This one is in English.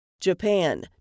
Japan